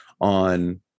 on